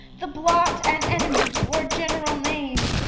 the blot and enemy to our general name!